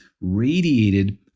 radiated